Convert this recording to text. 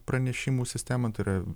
pranešimų sistemą tai yra